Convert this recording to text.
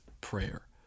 prayer